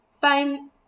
fine